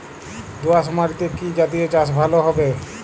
দোয়াশ মাটিতে কি জাতীয় চাষ ভালো হবে?